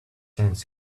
sense